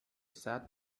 sat